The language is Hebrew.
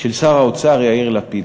של שר האוצר יאיר לפיד.